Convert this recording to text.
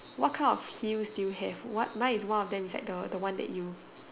what kind of heels do you have what now one of them is like the the one that you